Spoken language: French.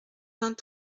vingt